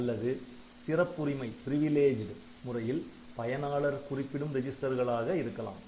அல்லது சிறப்புரிமை முறையில் பயனாளர் குறிப்பிடும் ரெஜிஸ்டர்களாக இருக்கலாம்